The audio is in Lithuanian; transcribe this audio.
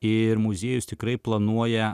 ir muziejus tikrai planuoja